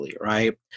right